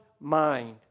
mind